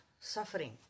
suffering